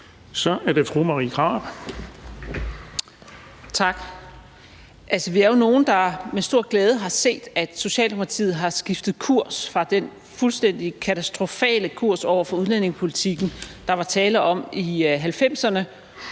Marie Krarup (DF): Tak. Altså, vi er jo nogle, der med stor glæde har set, at Socialdemokratiet har skiftet kurs fra den fuldstændig katastrofale kurs i udlændingepolitikken, der var tale om i 90'erne